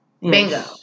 Bingo